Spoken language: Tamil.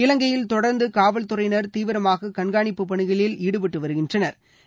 இலங்கையில் தொடர்ந்து காவல்துறையினா் தீவிரமாக கண்காணிப்பு பணிகளில் ஈடுபட்டு வருகின்றனா்